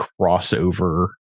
crossover